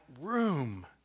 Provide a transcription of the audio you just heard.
room